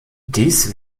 dies